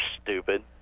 stupid